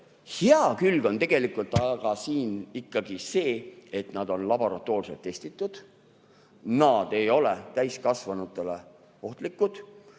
Hea külg on tegelikult aga ikkagi see, et nad on laboratoorselt testitud, nad ei ole täiskasvanutele ohtlikud.